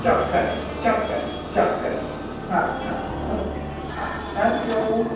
ચોક્કસ ચોક્કસ ચોકસ હા હા હા આવજો